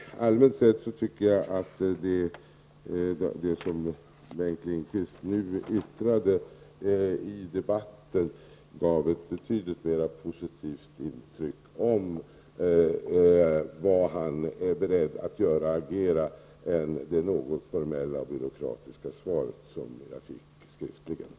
Allmänt sett anser jag att det Bengt Lindqvist yttrade i debatten gav ett betydligt mer positivt intryck om vad han är beredd att göra än det något formella och byråkratiska svaret.